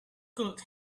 could